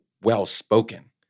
well-spoken